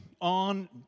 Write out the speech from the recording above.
on